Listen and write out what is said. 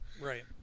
Right